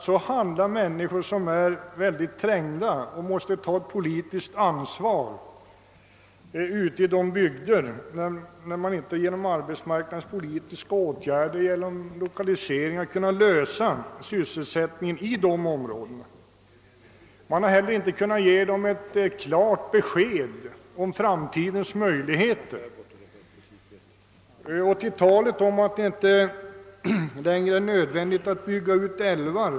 Så handlar människor som måste ta ett politiskt ansvar i de bygder där man inte genom arbetsmarknadspolitiska åtgärder, t.ex. lokaliseringar, kunnat lösa sysselsättningsproblemen. De har heller inte kunnat få ett klart besked om de framtida möjligheterna därtill. Det har sagts att det inte längre är nödvändigt att bygga ut älvar.